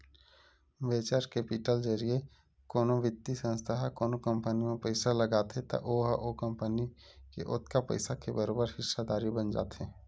venture capital जरिए कोनो बित्तीय संस्था ह कोनो कंपनी म पइसा लगाथे त ओहा ओ कंपनी के ओतका पइसा के बरोबर हिस्सादारी बन जाथे